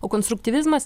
o konstruktyvizmas